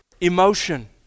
emotion